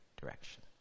direction